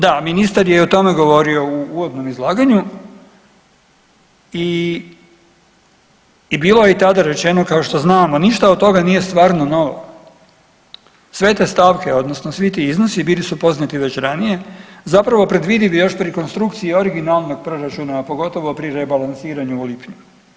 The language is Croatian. Da, ministar je i o tome govorio u uvodnom izlaganju i bilo je i tada rečeno kao što znamo ništa od toga nije stvarno novo, sve te stavke odnosno svi ti iznosi bili su poznati već ranije, zapravo predvidivi još pri konstrukciji originalnog proračuna, a pogotovo pri rebalansiranju u lipnju.